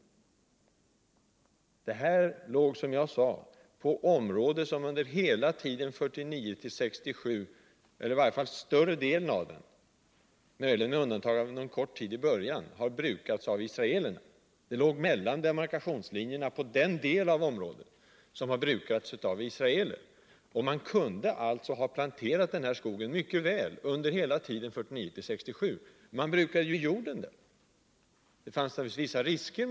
Skogsplanteringen låg, som jag sade tidigare, på ett område som under hela tiden 1949-1967 — möjligen med undantag för en kort tid i början av perioden — har brukats av israelerna. Det låg mellan demarkationslinjerna på den del av området som har brukats av israeler. Man kunde alltså mycket väl under hela tiden 1949-1967 ha planterat skogen där. Man brukade jorden. Det fanns naturligtvis vissa risker.